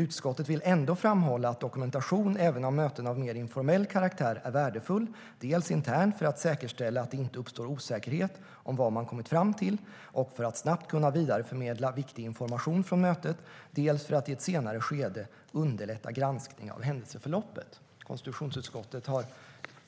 Utskottet vill ändå framhålla att dokumentation även av möten av mer informell karaktär är värdefull dels internt, för att säkerställa att det inte uppstår osäkerhet om vad man kommit fram till och för att snabbt kunna vidareförmedla viktig information från mötet, dels för att i ett senare skede underlätta granskning av händelseförloppet." Konstitutionsutskottet har